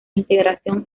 integración